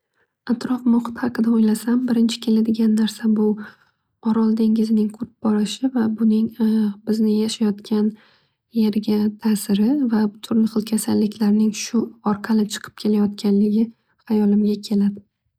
Atrof muhit haqida o'ylasam birinchi keladigan narsa bu orol dengizining qurib borishi va buning bizni yashayotgan yerga tasiri va turli xil kasalliklarning shu orqali chiqib kelayotganligi hayolimga keladi.